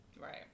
right